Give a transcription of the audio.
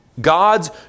God's